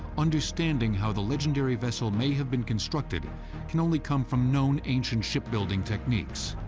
understanding how the legendary vessel may have been constructed can only come from known ancient shipbuilding techniques.